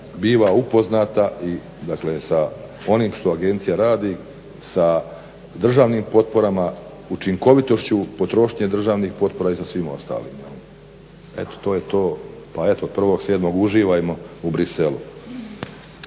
biva upoznata i sa onim što agencija radi, sa državnim potporama, učinkovitošću potrošnje državnih potpora i sa svima ostalim. Eto to je to, pa od 1.7.uživajmo u Bruxellesu.